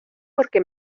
porque